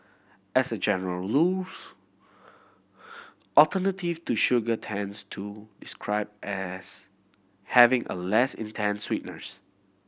as a general alternative to sugar tends to describe as having a less intense sweetness